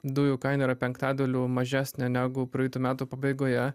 dujų kaina yra penktadaliu mažesnė negu praeitų metų pabaigoje